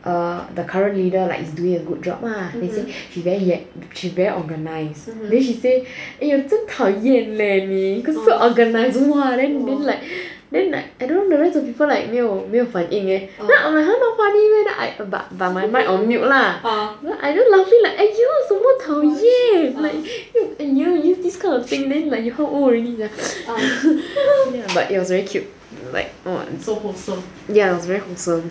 err the current leader like is doing agood job ah then say she very she very organised then she say eh 你真讨厌 leh 你 cause so organised !whoa! then like then like I don't know the rest of the people like 没有反应 eh then I'm like !huh! not funny meh then I but my mic on mute lah then I laughing !aiyo! 什么讨厌 like !aiyo! use this kind of thing you how old already sia but it was very cute like so wholesome ya it was very wholesome